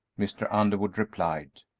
mr. underwood replied.